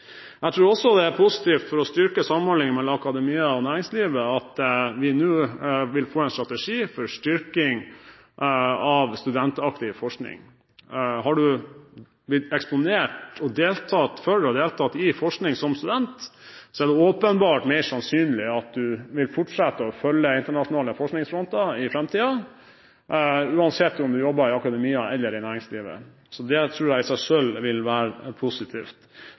Jeg tror også det er positivt for å styrke samhandlingen mellom akademia og næringslivet at vi nå vil få en strategi for styrking av studentaktiv forskning. Har man blitt eksponert for og deltatt i forskning som student, er det åpenbart mer sannsynlig at man vil fortsette å følge internasjonale forskningsfronter i framtiden, uansett om man jobber i akademia eller i næringslivet. Så det tror jeg i seg selv vil være positivt.